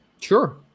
Sure